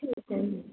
ਠੀਕ ਹੈ ਜੀ